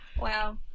Wow